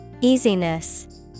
Easiness